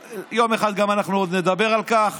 יום אחד אנחנו גם נדבר על כך,